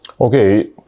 Okay